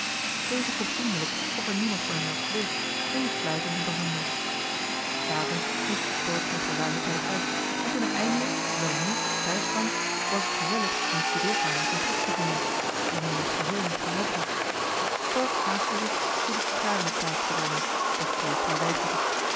deze vroeg vriendelijk of er niemand voor hem was geweest en liep fluitend naar de honden s avonds moest stork nog geruimen tijd uit maar toen hij eindelijk wel moe thuis kwam was het gezellig in de studeerkamer zijn gast te vinden die nu in het geheel niet gerookt had stork haastte zich goede sigaren op tafel te brengen doch kleestra weigerde